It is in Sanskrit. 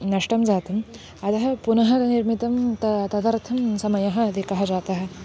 नष्टं जातं अतः पुनः निर्मितं त तदर्थं समयः अधिकः जातः